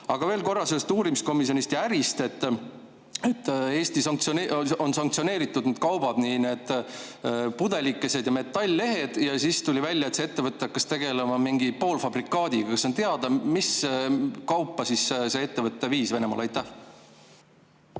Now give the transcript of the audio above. või. Aga veel korra sellest uurimiskomisjonist ja ärist. Eestis on sanktsioneeritud need kaubad, nii need pudelikesed kui ka metall-lehed, ja siis tuli välja, et see ettevõte hakkas tegelema mingi poolfabrikaadiga. Kas on teada, mis kaupa see ettevõte siis Venemaale viis?